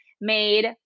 made